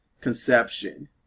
conception